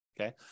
okay